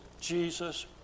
Jesus